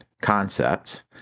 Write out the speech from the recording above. concepts